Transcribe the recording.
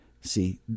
See